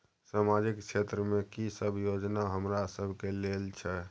सामाजिक क्षेत्र में की सब योजना हमरा सब के लेल छै?